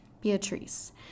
Beatrice